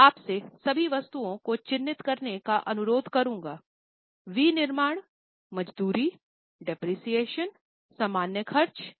मैं आपसे सभी वस्तुओं को चिह्नित करने का अनुरोध करुंगा विनिर्माण मजदूरी डेप्रिसिएशन सामान्य खर्च